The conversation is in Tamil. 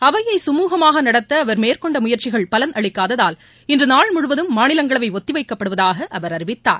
அவையை சுமுகமாக நடத்த அவர் மேற்கொண்ட முயற்சிகள் பலனளிக்காததால் இன்று நாள் முழுவதும் மாநிலங்களவை ஒத்திவைக்கப்படுவதாக அவர் அறிவித்தார்